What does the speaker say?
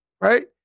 right